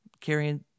carrying